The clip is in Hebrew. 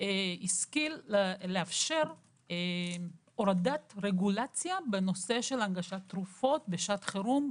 השכיל לאפשר הורדת רגולציה בנושא של הנגשת תרופות בשעת חירום,